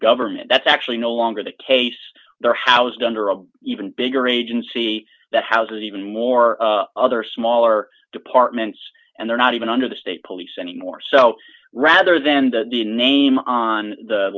government that's actually no longer the case they're housed under a even bigger agency that houses even more other smaller departments and they're not even under the state police anymore so rather than the name on the